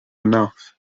enough